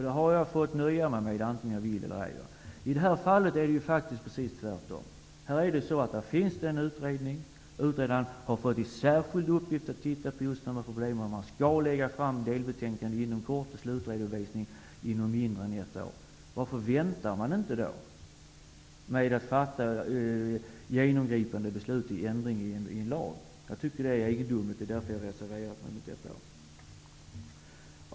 Det har jag fått nöja mig med, antingen jag velat eller ej. I det här fallet är det precis tvärtom. Här finns det en utredning. Utredaren har fått i särskild uppgift att titta på just de här problemen. Man skall lägga fram ett delbetänkande inom kort och slutredovisningen inom mindre än ett år. Varför väntar man då inte med att fatta genomgripande beslut om ändring i lag? Jag tycker att det är egendomligt. Det är därför jag har reserverat mig mot detta.